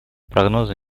прогнозы